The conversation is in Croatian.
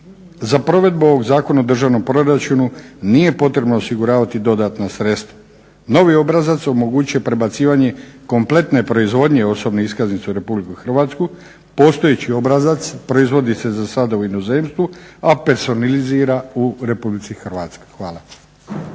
Za provedbu ovog zakona u državnom proračunu nije potrebno osiguravati dodatna sredstva. Novi obrazac omogućuje prebacivanje kompletne proizvodnje osobne iskaznice u Republiku Hrvatsku. Postojeći obrazac proizvodi se za sada u inozemstvu, a personilizira u Republici Hrvatskoj. Hvala.